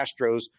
Astros